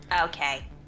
Okay